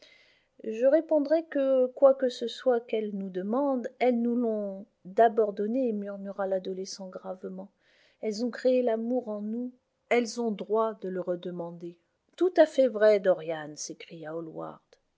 je répondrai que quoi que ce soit qu'elles nous demandent elles nous l'ont d'abord donné murmura l'adolescent gravement elles ont créé l'amour en nous elles ont droit de le redemander tout à fait vrai dorian